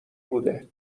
بوده